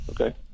Okay